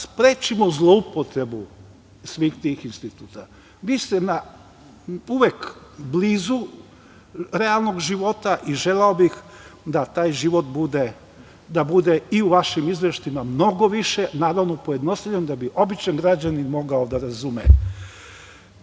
sprečimo zloupotrebu svih tih instituta. Vi ste uvek blizu realnog života i želeo bih da taj život bude i u vašim izveštajima mnogo više, naravno, pojednostavljen, da bi običan građanin mogao da